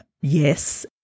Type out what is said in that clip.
yes